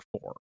four